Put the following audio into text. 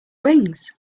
wings